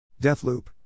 Deathloop